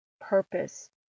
Purpose